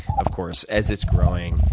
of course, as it's growing.